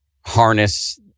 harness